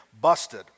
busted